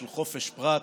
של חופש פרט,